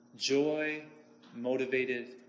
Joy-motivated